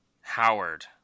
Howard